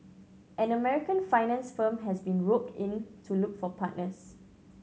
an American finance firm has been roped in to look for partners